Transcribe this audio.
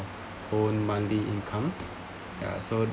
own monthly income ya so